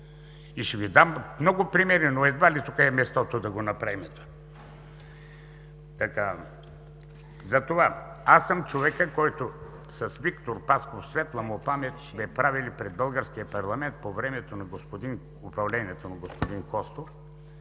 И ще Ви дам много примери, но едва ли тук е мястото да го направим това. Затова аз съм човекът, който с Виктор Пасков, светла му памет, сме правили пред българския парламент по времето на управлението на господин Костов